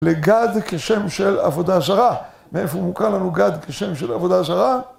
לגד כשם של עבודה זרה, מאיפה מוכר לנו גד כשם של עבודה זרה?